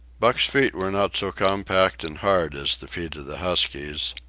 buck's feet were not so compact and hard as the feet of the huskies.